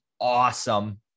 awesome